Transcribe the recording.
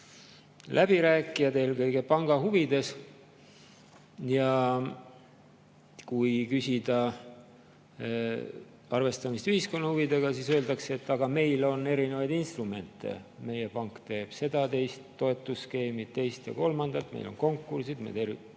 läbirääkijad eelkõige panga huvides. Kui küsida arvestamist ühiskonna huvidega, siis öeldakse, et aga meil on erinevaid instrumente: meie pank [kasutab] seda ja teist toetusskeemi, teeme teist ja kolmandat, meil on konkursid, me toetame